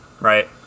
right